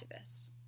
activists